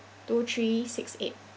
two three six eight